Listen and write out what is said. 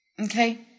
Okay